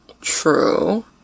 true